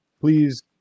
please